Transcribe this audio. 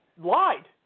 lied